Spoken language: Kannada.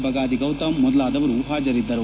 ಬಗಾದಿ ಗೌತಮ್ ಮೊದಲಾದವರು ಹಾಜರಿದ್ದರು